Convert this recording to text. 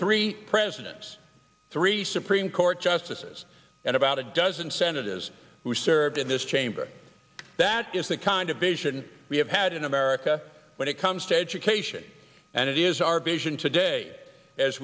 three presidents three supreme court justices and about a dozen senators who served in this chamber that is the kind of vision we have had in america when it comes to education and it is our vision today as